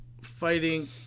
fighting